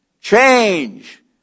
change